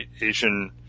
Asian